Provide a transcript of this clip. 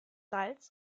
salz